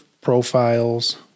profiles